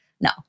no